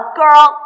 girl